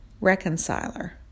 reconciler